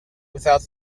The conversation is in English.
without